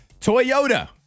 Toyota